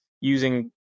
using